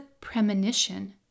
premonition